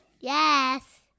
Yes